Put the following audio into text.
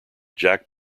jack